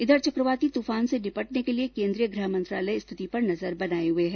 इधर चक्रवाती तूफान से निपटने के लिए केन्द्रीय गृह मंत्रालय स्थिति पर नजर बनाए हुए है